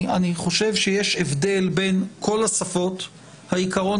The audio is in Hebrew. אני חושב שיש הבדל בין כל השפות העיקריות